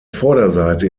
vorderseite